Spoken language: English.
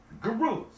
Gorillas